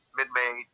mid-May